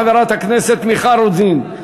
חברת הכנסת מיכל רוזין.